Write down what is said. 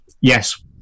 yes